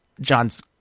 john's